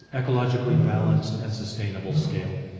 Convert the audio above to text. ecologically balanced and sustainable scale.